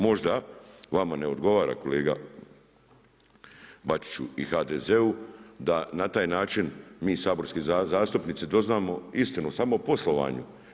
Možda vama ne odgovara kolega Bačiću i HZD-u da na taj način mi saborski zastupnici doznamo istinu samo o poslovanju.